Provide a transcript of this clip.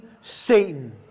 Satan